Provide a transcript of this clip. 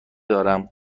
دارم